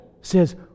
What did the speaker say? says